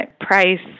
price